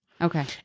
okay